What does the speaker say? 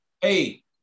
Hey